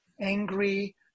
angry